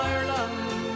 Ireland